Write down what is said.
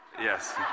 Yes